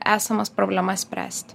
esamas problemas spręsti